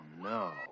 no